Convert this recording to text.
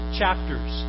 chapters